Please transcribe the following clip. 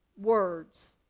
words